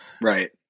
Right